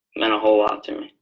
meant a whole lot to